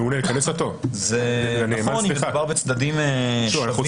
זה נכון אם מדובר בצדדים --- אנחנו רוצים